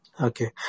Okay